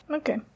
Okay